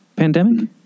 pandemic